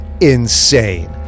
insane